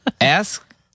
Ask